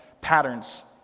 patterns